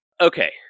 Okay